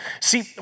See